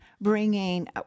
bringing